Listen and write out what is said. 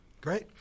Great